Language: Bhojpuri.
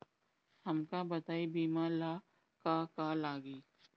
हमका बताई बीमा ला का का लागी?